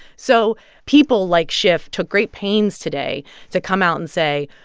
so people like schiff took great pains today to come out and say,